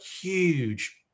huge